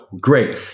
Great